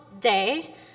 day